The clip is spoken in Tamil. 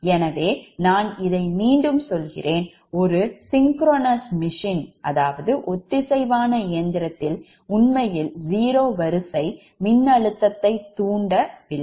எனவே நான் இதை மீண்டும் சொல்கிறேன்ஒரு synchronous machine ஒத்திசைவான இயந்திரத்தில் உண்மையில் zero வரிசை மின்னழுத்ததை தூண்ட வில்லை